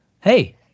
hey